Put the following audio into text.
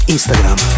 Instagram